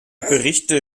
berichte